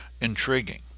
intriguing